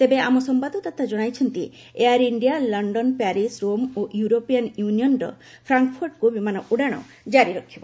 ତେବେ ଆମ ସମ୍ଭାଦଦାତା ଜଣାଇଛନ୍ତି Air India London Paris Rome ଓ ୟୁରୋପିଆନ୍ ୟୁନିୟନ୍ର ଫ୍ରାଙ୍କଫଟ୍କୁ ବିମାନ ଉଡ଼ାଣ ଜାରି ରଖିବ